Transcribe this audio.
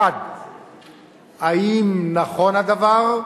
1. האם נכון הדבר?